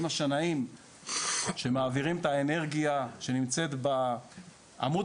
הם השנאים שמעבירים את האנרגיה שנמצאת בעמוד